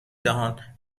دهان